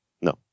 No